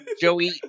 Joey